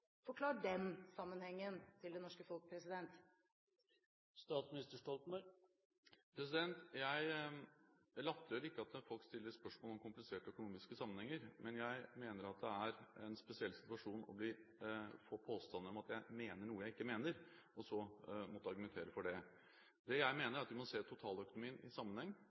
den sammenhengen til det norske folk. Jeg latterliggjør ikke at folk stiller spørsmål om kompliserte økonomiske sammenhenger, men jeg mener at det er en spesiell situasjon å få påstander om at jeg mener noe jeg ikke mener – og så måtte argumentere for det. Det jeg mener, er at vi må se totaløkonomien i en sammenheng,